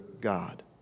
God